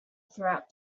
throughout